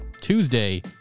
Tuesday